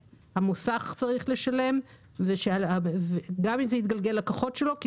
המוסך צריך לשלם גם אם זה יתגלגל על הלקוחות שלו כי